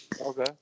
Okay